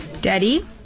Daddy